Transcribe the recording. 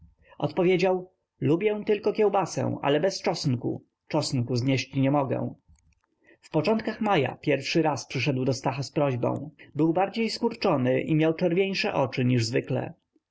odpowiedział lubię tylko kiełbasę ale bez czosnku czosnku znieść nie mogę w początkach maja pierwszy raz przyszedł do stacha z prośbą był bardziej skurczony i miał czerwieńsze oczy